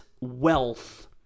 wealth